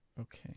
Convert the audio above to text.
Okay